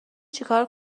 چیکار